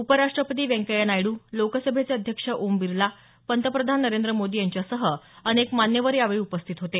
उपराष्ट्रपती व्यंकय्या नायड्र लोकसभेचे अध्यक्ष ओम बिर्ला पंतप्रधान नरेंद्र मोदी यांच्यासह अनेक मान्यवर उपस्थित होते